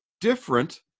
different